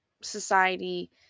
society